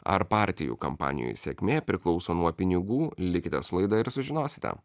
ar partijų kampanijų sėkmė priklauso nuo pinigų likite su laida ir sužinosite